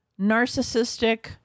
narcissistic